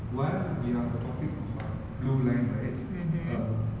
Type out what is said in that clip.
while we are on the topic for blue line right uh